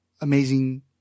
amazing